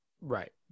Right